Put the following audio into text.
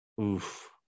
Oof